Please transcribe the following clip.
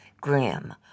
Graham